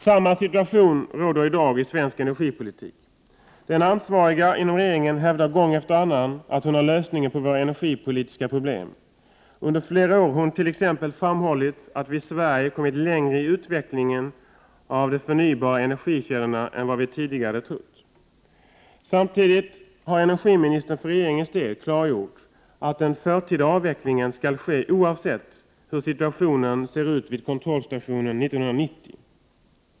Samma situation råder i dag i svensk energipolitik. Den ansvariga inom regeringen hävdar gång efter annan att hon har lösningen på våra energipolitiska problem. Under flera år har hon t.ex. framhållit att vi i Sverige har kommit längre i utvecklingen av de förnybara energikällorna än vad vi tidigare har trott. Samtidigt har energiministern för regeringens del klargjort att den framtida avvecklingen skall ske oavsett hur situationen ser ut vid kontrollstationen 1990.